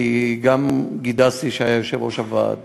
כי גדסי, שהיה יושב-ראש הוועד,